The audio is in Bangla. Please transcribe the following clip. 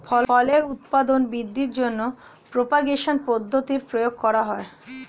ফলের উৎপাদন বৃদ্ধির জন্য প্রপাগেশন পদ্ধতির প্রয়োগ করা হয়